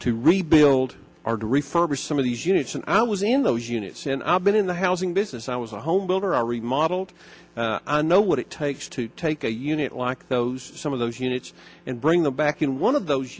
to rebuild our to refurbish some of these units and i was in those units and i've been in the housing business i was a home builder i remodeled i know what it takes to take a unit like those some of those units and bring them back in one of those